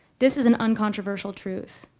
this is an uncontroversial truth.